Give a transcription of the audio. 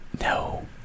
No